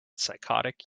psychotic